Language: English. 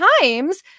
times